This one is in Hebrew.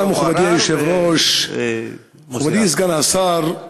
מכובדי היושב-ראש, מכובדי סגן השר,